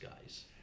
guys